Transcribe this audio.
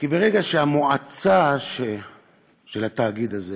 ברגע שהמועצה של התאגיד הזה